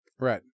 right